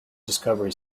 discovery